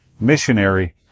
missionary